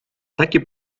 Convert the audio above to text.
takie